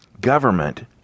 Government